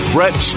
Brett